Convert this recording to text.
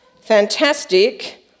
fantastic